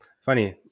Funny